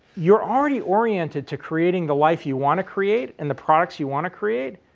you are already oriented to creating the life you want to create and the products you want to create.